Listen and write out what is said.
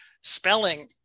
spelling